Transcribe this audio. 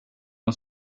hon